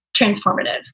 transformative